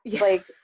like-